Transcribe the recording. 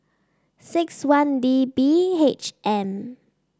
six one D B H M